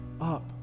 up